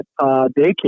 daycare